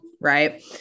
Right